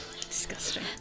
Disgusting